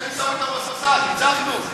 ניצחנו,